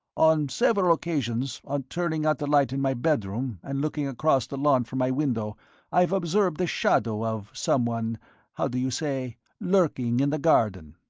on several occasions on turning out the light in my bedroom and looking across the lawn from my window i have observed the shadow of someone how do you say lurking in the garden.